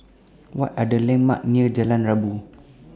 What Are The landmarks near Jalan Rabu